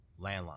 landline